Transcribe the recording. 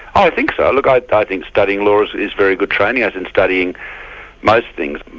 i think so. like i i think studying law is is very good training as in studying most things.